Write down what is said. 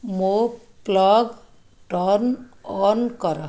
ମୋ plug turn on କର